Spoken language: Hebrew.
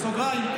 בסוגריים,